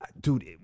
Dude